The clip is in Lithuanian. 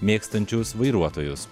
mėgstančius vairuotojus